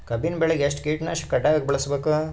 ಕಬ್ಬಿನ್ ಬೆಳಿಗ ಎಷ್ಟ ಕೀಟನಾಶಕ ಕಡ್ಡಾಯವಾಗಿ ಬಳಸಬೇಕು?